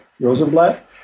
Rosenblatt